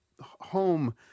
home